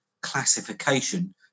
classification